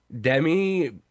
Demi